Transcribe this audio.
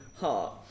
heart